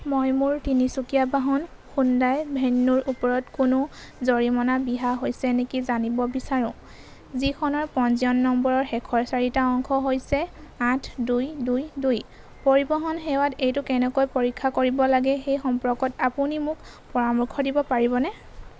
মই মোৰ তিনিচকীয়া বাহন হুণ্ডাই ভেন্নুৰ ওপৰত কোনো জৰিমনা বিহা হৈছে নেকি জানিব বিচাৰোঁ যিখনৰ পঞ্জীয়ন নম্বৰৰ শেষৰ চাৰিটা অংশ হৈছে আঠ দুই দুই দুই পৰিবহণ সেৱাত এইটো কেনেকৈ পৰীক্ষা কৰিব লাগে সেই সম্পৰ্কত আপুনি মোক পৰামৰ্শ দিব পাৰিবনে